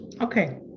Okay